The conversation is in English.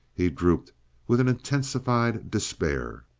he drooped with an intensified despair.